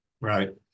right